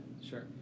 Sure